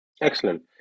Excellent